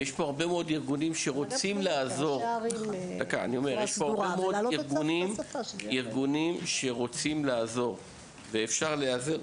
יש פה הרבה מאוד ארגונים שרוצים לעזור ואפשר להיעזר,